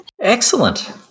Excellent